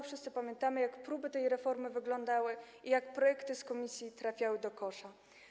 Wszyscy pamiętamy, jak próby tej reformy wyglądały i jak projekty z komisji trafiały do kosza.